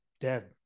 dead